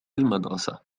المدرسة